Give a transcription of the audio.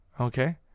Okay